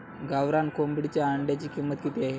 गावरान कोंबडीच्या अंड्याची किंमत किती आहे?